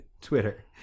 Twitter